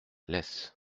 laisse